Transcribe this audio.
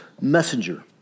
messenger